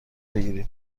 بگیرید